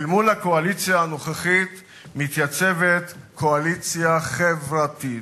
אל מול הקואליציה הנוכחית מתייצבת קואליציה חברתית,